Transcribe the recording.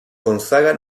gonzaga